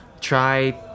Try